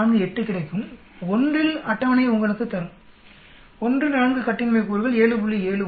48 கிடைக்கும் 1 இல் அட்டவணை உங்களுக்கு தரும் 1 4 கட்டின்மை கூறுகள் 7